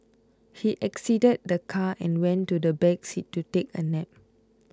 he exited the car and went to the back seat to take a nap